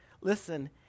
Listen